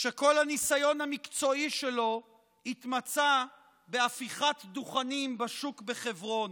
שכל הניסיון המקצועי שלו התמצה בהפיכת דוכנים בשוק בחברון.